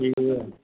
ए हजुर